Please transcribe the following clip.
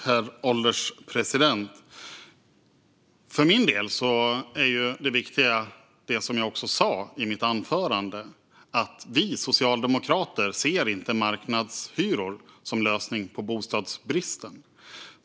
Herr ålderspresident! För min del är det som jag sa i mitt anförande det viktiga, nämligen att vi socialdemokrater inte ser marknadshyror som lösning på bostadsbristen.